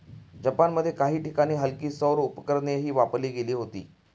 जपानमध्ये काही ठिकाणी हलकी सौर उपकरणेही वापरली गेली होती